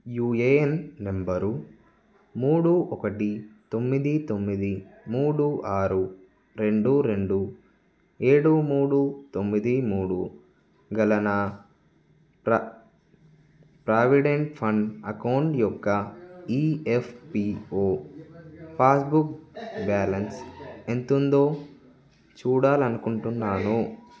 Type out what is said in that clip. UAN number మూడు ఒకటి తొమ్మిది తొమ్మిది మూడు ఆరు రెండు రెండు ఏడు మూడు తొమ్మిది మూడు గల నా ప్రా ప్రావిడెంట్ ఫండ్ అకౌంట్ యొక్క ఈఎఫ్పీఓ పాస్బుక్ బ్యాలన్స్ ఎంతుందో చూడాలనుకుంటున్నాను